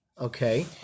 Okay